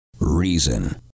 Reason